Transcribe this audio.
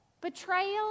Betrayal